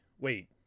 wait